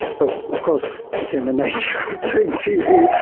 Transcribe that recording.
but of course it's in the nature of doing tv,